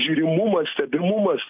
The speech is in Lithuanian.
žiūrimumas stebimumas